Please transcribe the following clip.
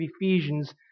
Ephesians